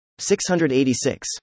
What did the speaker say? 686